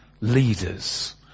leaders